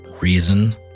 reason